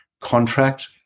contract